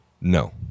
no